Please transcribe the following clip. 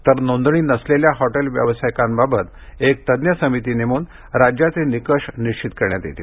तर नोंदणी नसलेल्या हॉटेल व्यवसायिकांबाबत एक तज्ञ समिती नेमून राज्याचे निकष निश्चित करण्यात येतील